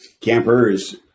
campers